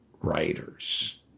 writers